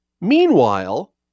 Meanwhile